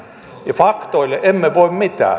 ja faktoille emme voi mitään